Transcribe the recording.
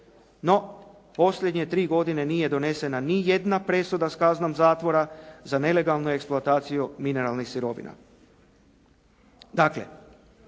No, posljednje tri godine nije donesena nijedna presuda s kaznom zatvora za nelegalnu eksploataciju mineralnih sirovina.